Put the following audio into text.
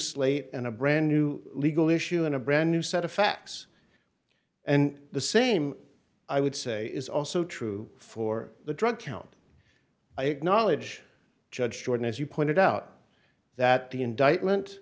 slate and a brand new legal issue in a brand new set of facts and the same i would say is also true for the drug count i acknowledge judge jordan as you pointed out that the indictment